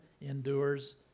endures